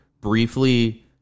briefly